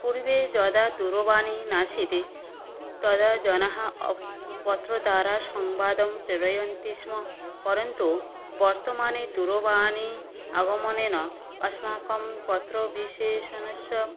पूर्वं यदा दूरवाणी नासीत् तदा जनाः पत्रद्वारा संवादं प्रेरयन्ति स्म परन्तु वर्तमाने दूरवाणी आगमनेन अस्माकं पत्रविशेषस्य